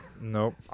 Nope